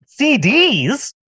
CDs